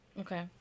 Okay